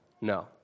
No